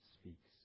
speaks